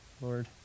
Lord